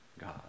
God